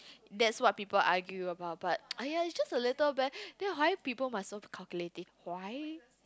that's what people argue about but !aiya! it's just a little bit then why must people must so calculative why